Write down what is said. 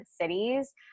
cities